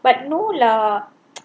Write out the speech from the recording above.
but no lah